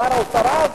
שר האוצר אז,